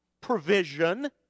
provision